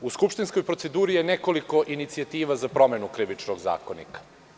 U skupštinskoj proceduri je nekoliko inicijativa za promenu Krivičnog zakonika.